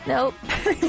Nope